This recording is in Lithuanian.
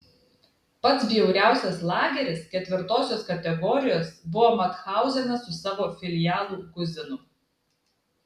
pats bjauriausias lageris ketvirtosios kategorijos buvo mathauzenas su savo filialu guzenu